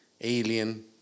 alien